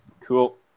Cool